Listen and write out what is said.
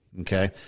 Okay